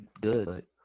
good